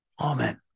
Amen